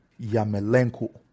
Yamelenko